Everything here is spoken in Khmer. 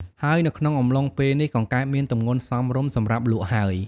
ហើយនៅក្នុងអំឡុងពេលនេះ កង្កែបមានទម្ងន់សមរម្យសម្រាប់លក់ហើយ។